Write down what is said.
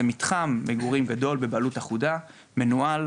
זה מתחם מגורים גדול בבעלות אחודה, מנוהל